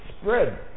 spread